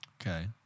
Okay